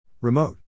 Remote